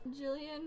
Jillian